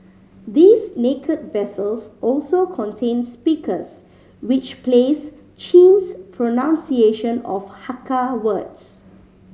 these naked vessels also contain speakers which plays Chin's pronunciation of Hakka words